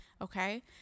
okay